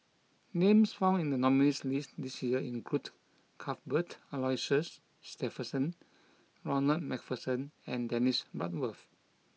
names found in the nominees' list this year include Cuthbert Aloysius Shepherdson Ronald MacPherson and Dennis Bloodworth